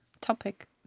topic